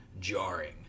jarring